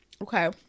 Okay